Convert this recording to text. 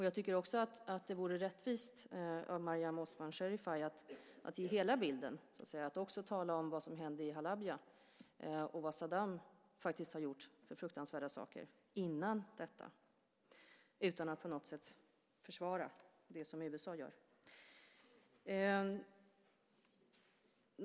Jag tycker också att det vore rättvist av Mariam Osman Sherifay att ge hela bilden och också tala om vad som hände i Halabja och vilka fruktansvärda saker Saddam har gjort innan detta. Detta säger jag utan att på något sätt försvara det som USA gör.